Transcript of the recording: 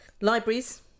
libraries